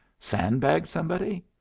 sandbag somebody?